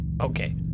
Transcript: Okay